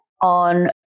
on